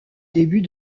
début